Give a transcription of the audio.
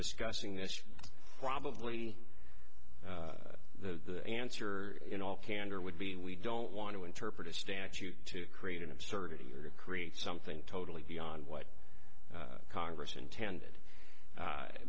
discussing this probably the answer in all candor would be we don't want to interpret a statute to create an absurdity or create something totally beyond what congress intended